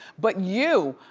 but you,